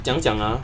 怎么样讲啊